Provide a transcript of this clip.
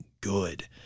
good